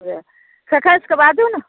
दि से खकसि कऽ बाजू ने